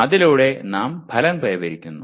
അതിലൂടെ നാം ഫലം കൈവരിക്കുന്നു